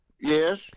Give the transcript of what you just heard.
Yes